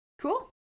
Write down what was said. Cool